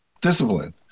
Discipline